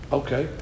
okay